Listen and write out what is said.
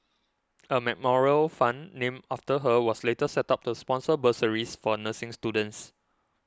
a memorial fund named after her was later set up to sponsor bursaries for nursing students